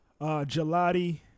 Gelati